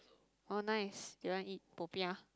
oh nice do you want eat popiah